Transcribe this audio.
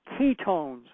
ketones